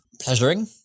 pleasuring